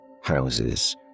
houses